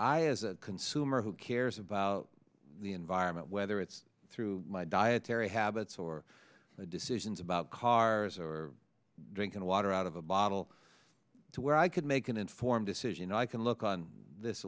i as a consumer who cares about the environment whether it's through my dietary habits or decisions about cars or drinking water out of a bottle to where i could make an informed decision i can look on this